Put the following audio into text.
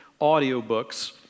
audiobooks